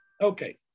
Okay